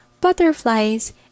butterflies